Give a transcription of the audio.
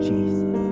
Jesus